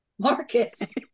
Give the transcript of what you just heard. Marcus